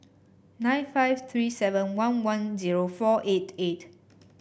nine five three seven one one zero four eight eight